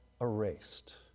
erased